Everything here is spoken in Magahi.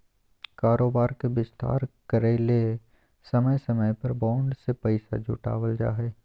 कारोबार के विस्तार करय ले समय समय पर बॉन्ड से पैसा जुटावल जा हइ